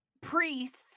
priests